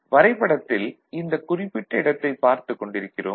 வரைபடத்தில் இந்தக் குறிப்பிட்ட இடத்தைப் பார்த்துக் கொண்டிருக்கிறோம்